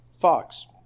Fox